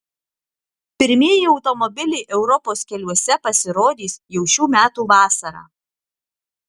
pirmieji automobiliai europos keliuose pasirodys jau šių metų vasarą